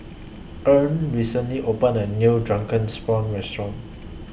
Earlean recently opened A New Drunken Prawns Restaurant